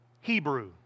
Hebrew